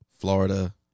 Florida